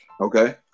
Okay